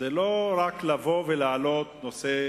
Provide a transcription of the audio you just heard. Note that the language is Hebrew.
זה לא רק להעלות נושא